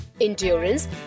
endurance